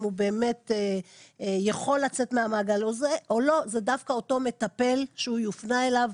הוא באמת יכול לצאת מהמעגל או לא זה דווקא אותו מטפל שהוא יופנה אליו,